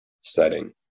setting